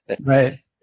Right